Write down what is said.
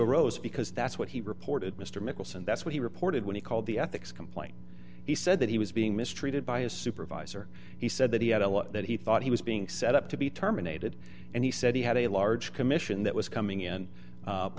arose because that's what he reported mr mickelson that's what he reported when he called the ethics complaint he said that he was being mistreated by a supervisor he said that he had a law that he thought he was being set up to be terminated and he said he had a large commission that was coming in